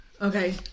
Okay